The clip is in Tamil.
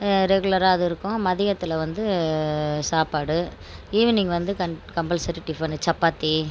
ரெகுலராக அது இருக்கும் மதியத்தில் வந்து சாப்பாடு ஈவினிங் வந்து க கம்பல்சரி டிஃபனு சப்பாத்தி